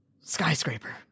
Skyscraper